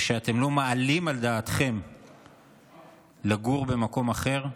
ושאתם לא מעלים על דעתכם לגור במקום אחר,